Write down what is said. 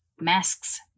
masks